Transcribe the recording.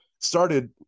started